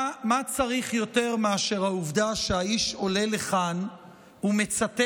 מה צריך יותר מאשר העובדה שהאיש עולה לכאן ומצטט,